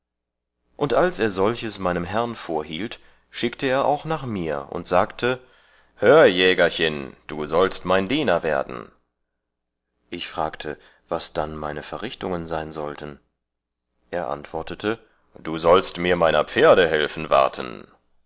und als er solches meinem herrn vorhielt schickte er auch nach mir und sagte hör jägerchen du sollt mein diener werden ich fragte was dann meine verrichtungen sein sollten er antwortete du sollst meiner pferde helfen warten